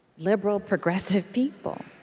liberal, progressive people.